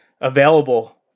available